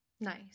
nice